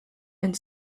and